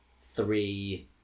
three